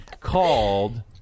called